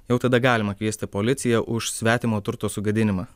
jau tada galima kviesti policiją už svetimo turto sugadinimą